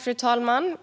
Fru talman!